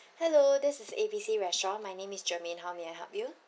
hello this is A B C restaurant my name is jermaine how may I help you